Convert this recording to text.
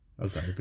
Okay